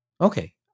okay